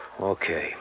Okay